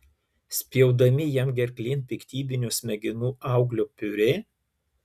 spjaudami jam gerklėn piktybinio smegenų auglio piurė